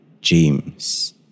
James